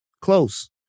Close